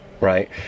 right